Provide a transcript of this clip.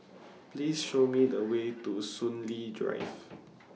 Please Show Me The Way to Soon Lee Drive